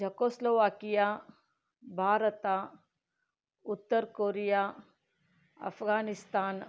Czechoslovakia Bharat ಉತ್ತರ Korea Afghanistan